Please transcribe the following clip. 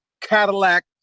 Cadillac